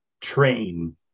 train